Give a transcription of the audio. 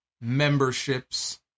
memberships